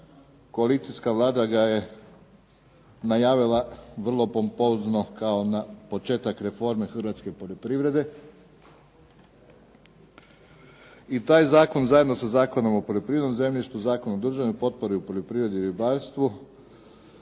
koalicijska Vlada ga je najavila vrlo pompozno kao početak reforme hrvatske poljoprivrede i taj zakon, zajedno sa Zakonom o poljoprivrednom zemljištu, Zakon o državnim potporama, u poljoprivredi i ribarstvu